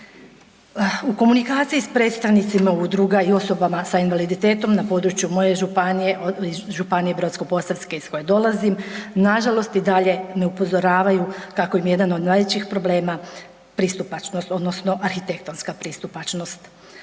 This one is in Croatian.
U komunikaciji sa predstavnicima udruga i osobama sa invaliditetom na području moje županije, županije Brodsko-posavske iz koje dolazim, nažalost i dalje me upozoravaju kako im je jedan od najvećih problema pristupačnost odnosno arhitektonska pristupačnost.